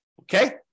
Okay